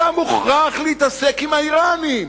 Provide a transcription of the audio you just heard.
אתה מוכרח להתעסק עם האירנים,